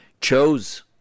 chose